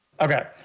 Okay